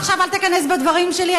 לא, עכשיו אל תיכנס בדברים שלי.